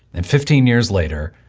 and fifteen years later,